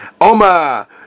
Oma